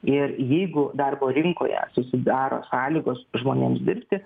ir jeigu darbo rinkoje susidaro sąlygos žmonėms dirbti